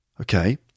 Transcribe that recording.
Okay